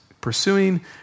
pursuing